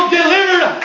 Delivered